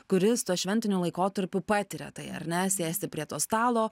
kuris tuo šventiniu laikotarpiu patiria tai ar ne sėsti prie to stalo